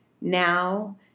now